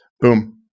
boom